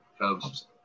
Cubs